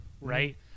right